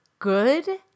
good